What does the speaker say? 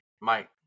Mike